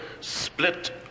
split